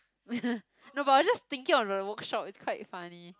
no but I just thinking of the workshop is quite funny